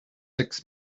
six